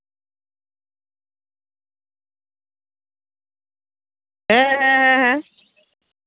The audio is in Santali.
ᱦᱮᱸ ᱦᱮᱸ ᱦᱮᱸ